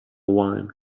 wine